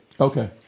Okay